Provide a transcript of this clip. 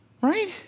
right